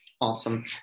Awesome